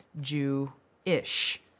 Jew-ish